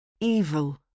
evil